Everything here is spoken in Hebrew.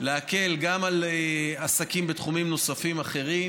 להקל גם על עסקים בתחומים נוספים אחרים